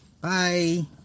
Bye